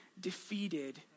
defeated